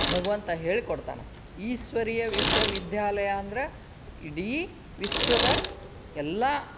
ಭಗವಂತ ಹೇಳಿಕೊಡ್ತಾನ ಈಶ್ವರೀಯ ವಿಶ್ವ ವಿದ್ಯಾಲಯ ಅಂದರೆ ಇಡೀ ವಿಶ್ವದ ಎಲ್ಲ